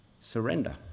Surrender